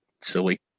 Silly